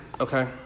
Okay